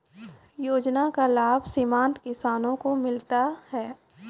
योजना का लाभ सीमांत किसानों को मिलता हैं?